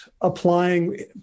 applying